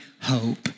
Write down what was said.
hope